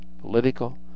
political